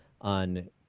on